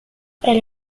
elle